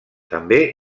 també